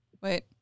Wait